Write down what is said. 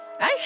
Hey